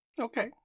Okay